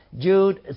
Jude